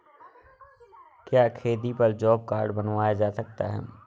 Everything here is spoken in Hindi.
क्या खेती पर जॉब कार्ड बनवाया जा सकता है?